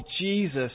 Jesus